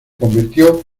convirtió